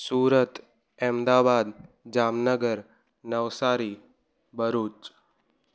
Surat Ahmedabad Jamnagar Navsari Bharuch